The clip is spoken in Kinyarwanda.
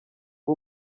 ube